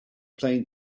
plane